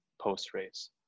post-race